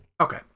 Okay